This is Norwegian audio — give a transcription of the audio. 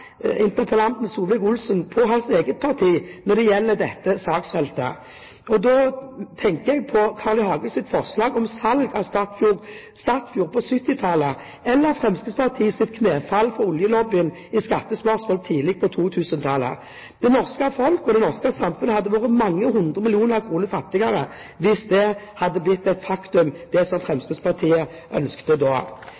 interpellanten Solvik-Olsen på hans eget parti når det gjelder dette saksfeltet. Da tenker jeg på Carl I. Hagens forslag om salg av Statfjord på 1970-tallet, eller Fremskrittspartiets knefall for oljelobbyen i skattespørsmålet tidlig på 2000-tallet. Det norske folk og det norske samfunn hadde vært mange hundre milliarder kroner fattigere hvis det som Fremskrittspartiet ønsket da, hadde blitt et faktum. Vi vil fortsette den kunnskapsbaserte og skrittvise utviklingen av næringen. Det